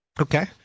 Okay